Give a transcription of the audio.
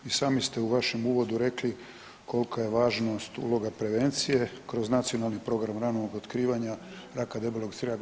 I sami ste u vašem uvodu rekli kolika je važnost uloga prevencije kroz nacionalni program ranog otkrivanja raka debelog crijeva.